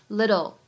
little